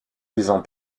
disant